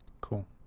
cool